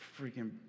freaking